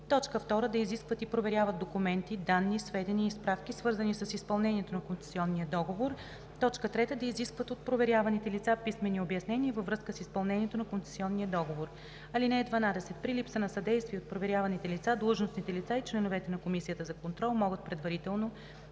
2. да изискват и проверяват документи, данни, сведения и справки, свързани с изпълнението на концесионния договор; 3. да изискват от проверяваните лица писмени обяснения във връзка с изпълнението на концесионния договор. (12) При липса на съдействие от проверяваните лица, длъжностните лица и членовете на комисията за контрол могат предварително